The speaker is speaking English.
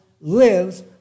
lives